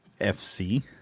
FC